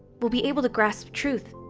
we'll be able to grasp truth,